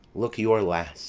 look your last